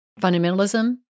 fundamentalism